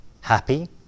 happy